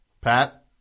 Pat